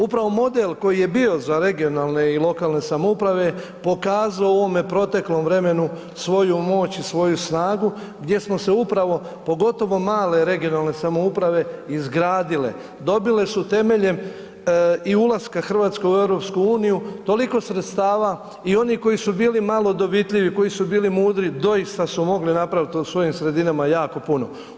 Upravo model koji je bio za regionalne i lokalne samouprave pokazao u ovom proteklom vremenu svoju moć i svoju snagu gdje smo se upravo, pogotovo male regionalne samouprave izgradile, dobile su temeljem i ulaska Hrvatske u EU toliko sredstava i oni koji su bili malo dovitljivi, koji su bili mudri doista su mogli napraviti u svojim sredinama jako puno.